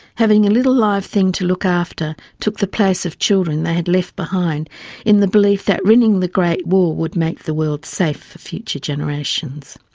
having a little live thing to look after took the place of children they had left behind in the belief that winning the great war would make the world safe for future generations.